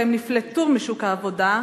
והם נפלטו משוק העבודה,